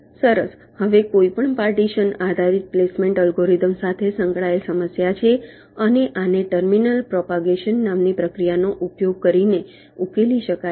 સરસ હવે કોઈપણ પાર્ટીશન આધારિત પ્લેસમેન્ટ અલ્ગોરિધમ સાથે સંકળાયેલ સમસ્યા છે અને આને ટર્મિનલ પ્રોપગેશન નામની પ્રક્રિયાનો ઉપયોગ કરીને ઉકેલી શકાય છે